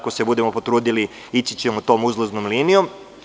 Ako se budemo potrudili, ići ćemo tom uzlaznom linijom.